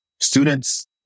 students